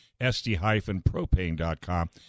SD-Propane.com